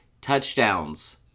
touchdowns